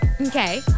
okay